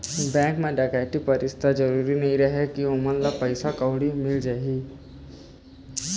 bank म डकैती परिस त जरूरी नइ रहय के ओमन ल पइसा कउड़ी मिली जाही